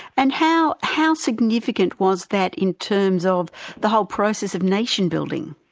and how how significant was that in terms of the whole process of nation-building?